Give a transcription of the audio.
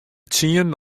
tsienen